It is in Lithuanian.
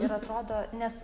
ir atrodo nes